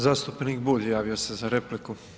Zastupnik Bulj javio se za repliku.